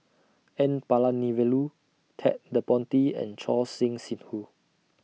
N Palanivelu Ted De Ponti and Choor Singh Sidhu